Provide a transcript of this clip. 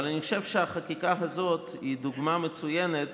אבל אני חושב שהחקיקה הזאת היא דוגמה מצוינת